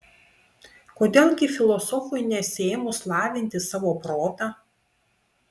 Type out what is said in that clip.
kodėl gi filosofui nesiėmus lavinti savo protą